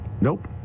Nope